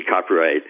copyright